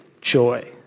joy